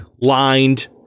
lined